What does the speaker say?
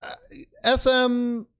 SM